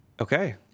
Okay